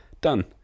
Done